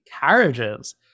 carriages